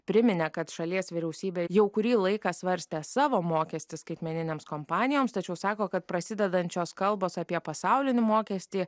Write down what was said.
priminė kad šalies vyriausybė jau kurį laiką svarstė savo mokestį skaitmeninėms kompanijoms tačiau sako kad prasidedančios kalbos apie pasaulinį mokestį